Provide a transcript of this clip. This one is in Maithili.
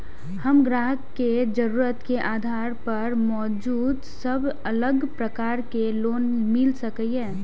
हम ग्राहक के जरुरत के आधार पर मौजूद सब अलग प्रकार के लोन मिल सकये?